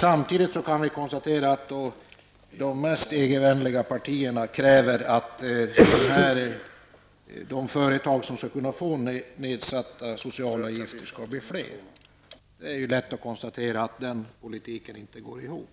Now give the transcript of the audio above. Samtidigt kan vi konstatera att de mest EG-vänliga partierna kräver att antalet företag som får nedsättning av avgifterna skall bli större. Det är lätt att konstatera att den politiken inte går ihop.